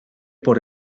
por